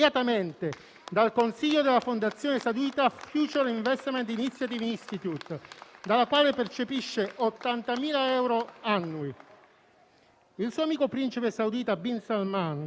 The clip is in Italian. Il suo amico principe saudita, bin Salman, da Renzi definito un campione del nuovo Rinascimento mediorientale, un sovrano moderno e illuminato, che tutto il mondo arabo dovrebbe prendere come esempio,